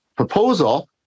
Proposal